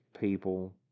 people